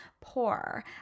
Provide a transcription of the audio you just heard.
poor